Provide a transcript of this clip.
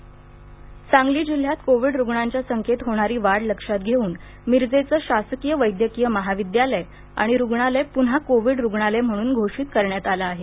Covid रुग्णालय सांगली जिल्ह्यात Covid रूग्णांच्या संख्येत होणारी वाढ लक्षात घेऊन मिरजेचं शासकीय वैद्यकीय महाविद्यालय आणि रूग्णालय पुन्हा कोविड रूग्णालय म्हणून घोषित करण्यात आलं आहे